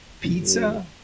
Pizza